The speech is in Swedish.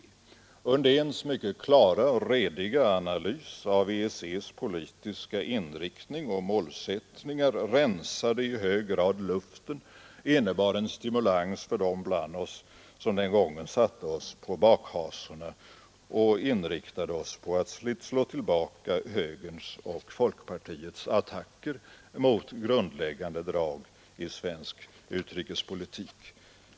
Undéns mycket klara och rediga analys av EECss politiska inriktning och målsättningar rensade i hög grad luften och innebar en stimulans för dem bland oss, som den gången satte oss på bakhasorna och inriktade oss på att slå tillbaka högerns och folkpartiets attacker mot grundläggande drag i svensk utrikespolitik.